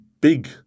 big